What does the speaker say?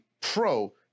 pro